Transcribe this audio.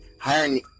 hiring